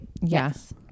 yes